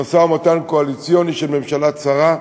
במשא-ומתן קואליציוני של ממשלה צרה,